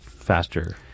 faster